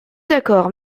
d’accord